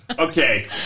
Okay